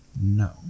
No